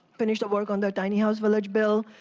finish the work on the tiny house village bill,